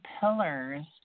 pillars